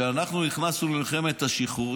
כשאנחנו נכנסנו למלחמת השחרור,